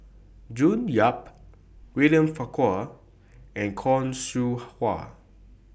June Yap William Farquhar and Khoo Seow Hwa